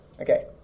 Okay